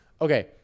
Okay